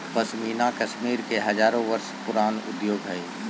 पश्मीना कश्मीर के हजारो वर्ष पुराण उद्योग हइ